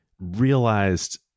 realized